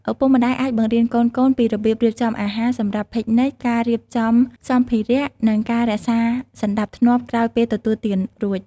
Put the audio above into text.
ឪពុកម្តាយអាចបង្រៀនកូនៗពីរបៀបរៀបចំអាហារសម្រាប់ពិកនិច ការវេចខ្ចប់សម្ភារៈ និងការរក្សាសណ្តាប់ធ្នាប់ក្រោយពេលទទួលទានរួច។